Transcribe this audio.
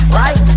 right